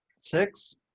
Six